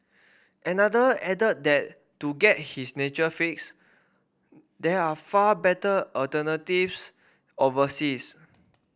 another added that to get his nature fix there are far better alternatives overseas